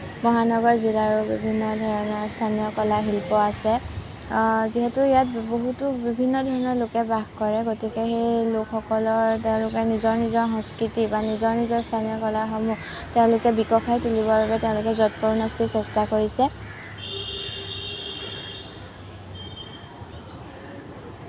মহানগৰ জিলাৰো বিভিন্ন ধৰণৰ স্থানীয় কলা শিল্প আছে যিহেতু ইয়াত বহুতো বিভিন্ন ধৰণৰ লোকে বাস কৰে গতিকে সেই লোকসকলৰ তেওঁলোকে নিজৰ নিজৰ সংস্কৃতি বা নিজৰ নিজৰ স্থানীয় কলাসমূহ তেওঁলোকে বিকশাই তুলিবৰ বাবে তেওঁলোকে যৎপৰোনাস্তি চেষ্টা কৰিছে